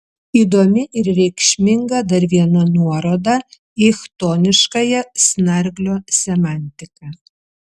įdomi ir reikšminga dar viena nuoroda į chtoniškąją snarglio semantiką